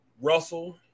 Russell